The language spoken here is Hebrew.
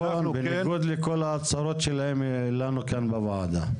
בניגוד לכל ההצהרות שלהם לנו כאן בוועדה.